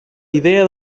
idea